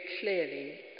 clearly